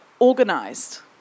organised